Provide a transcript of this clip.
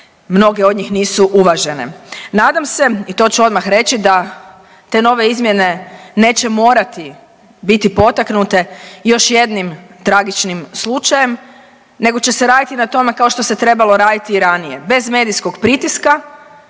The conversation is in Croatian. mnogi od njih nisu uvažene. Nadam se i to ću odmah reći da te nove izmjene neće morati biti potaknute još jednim tragičnim slučajem nego će se raditi na tome kao što se trebalo raditi i ranije bez medijskog pritiska